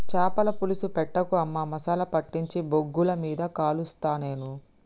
చాపల పులుసు పెట్టకు అమ్మా మసాలా పట్టించి బొగ్గుల మీద కలుస్తా నేను